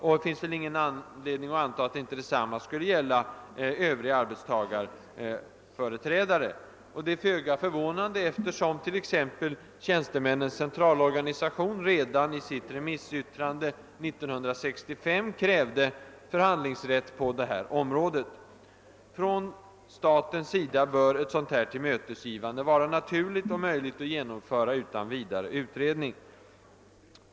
Det finns ingen anledning att anta att inte detsamma skulle gälla övriga arbetstagarorganisationer. Det är föga förvånande, eftersom t.ex. TCO redan i sitt remissyttrande 1965 krävde förhandlingsrätt på detta område. För staten bör ett sådant tillmötesgående vara naturligt och möjligt att genomföra utan vidare utredning.